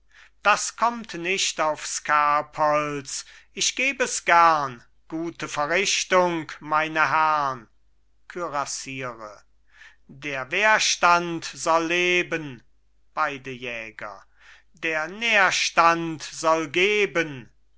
das kommt nicht aufs kerbholz ich geb es gern gute verrichtung meine herrn kürassiere der wehrstand soll leben beide jäger der nährstand soll geben